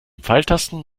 pfeiltasten